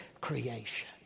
creation